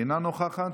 אינה נוכחת,